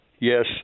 Yes